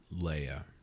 Leia